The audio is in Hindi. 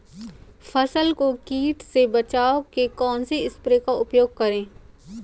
फसल को कीट से बचाव के कौनसे स्प्रे का प्रयोग करें?